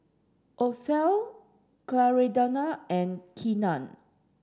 Othel Clarinda and Keenan